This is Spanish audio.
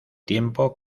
tiempo